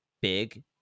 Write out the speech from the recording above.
big